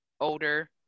older